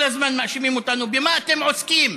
כל הזמן מאשימים אותנו: במה אתם עוסקים?